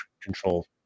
control